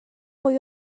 mwy